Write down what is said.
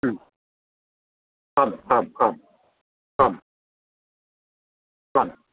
आम् आम् आम् आम् आम्